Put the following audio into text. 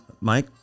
Mike